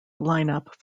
lineup